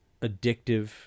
addictive